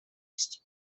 used